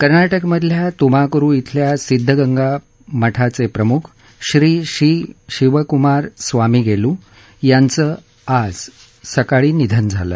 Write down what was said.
कर्ना क्रिमधल्या तुमाकुरु ब्रिल्या सिद्ध गंगा मठाचे प्रमुख श्री शिव कुमार स्वामीगेलु यांचं आज सकाळी निधन झालं